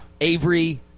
Avery